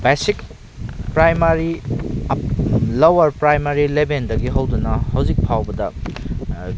basic primary lower primary ꯂꯦꯕꯦꯜꯗꯒꯤ ꯍꯧꯗꯨꯅ ꯍꯧꯖꯤꯛ ꯐꯥꯎꯕꯗ